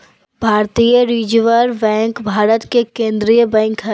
भारतीय reserve bank Bharat के केन्द्रीय बैंक हइ